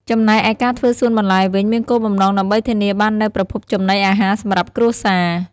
ចំណែកឯការធ្វើសួនបន្លែវិញមានគោលបំណងដើម្បីធានាបាននូវប្រភពចំណីអាហារសម្រាប់គ្រួសារ។